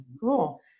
cool